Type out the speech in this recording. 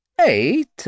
Eight